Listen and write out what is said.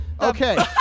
Okay